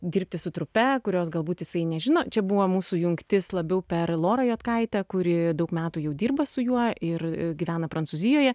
dirbti su trupe kurios galbūt jisai nežino čia buvo mūsų jungtis labiau per lorą juodkaitę kuri daug metų jau dirba su juo ir gyvena prancūzijoje